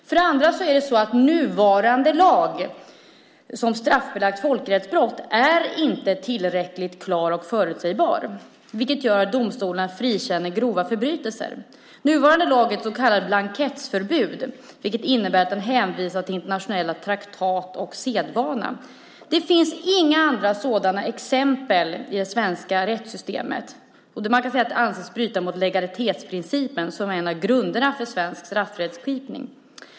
För det andra är nuvarande lag som straffbelagt folkrättsbrott inte tillräckligt klar och förutsägbar, vilket gör att domstolar frikänner vid grova förbrytelser. Nuvarande lag är ett så kallat blankettförbud, vilket innebär att den hänvisar till internationella traktat och sedvana. Det finns inga andra sådana exempel i det svenska rättssystemet. Det här kan anses bryta mot legalitetsprincipen, som är en av grunderna för svensk straffrättskipning.